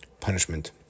punishment